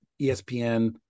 ESPN